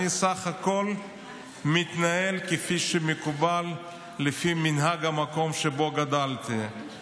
אני בסך הכול מתנהל כפי שמקובל לפי מנהג המקום שבו גדלתי,